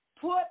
put